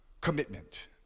commitment